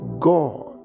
God